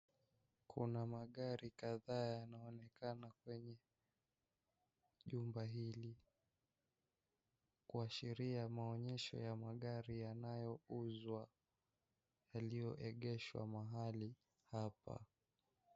Kuna magari kadhaa yanaonekana kwenye nyumba hili kuashiria maonyesho ya magari yanayouzwa yaligoegeshwa mahali hapa.